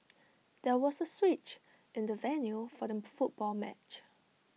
there was A switch in the venue for the football match